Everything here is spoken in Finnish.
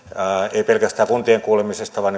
ei pelkästään kuntien kuulemisesta vaan